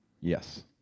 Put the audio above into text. Yes